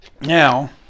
Now